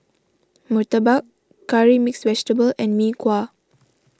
Murtabak Curry Mixed Vegetable and Mee Kuah